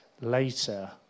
later